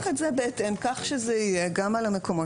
נסח את זה בהתאם כך שזה יהיה גם על המקומות